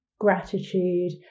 gratitude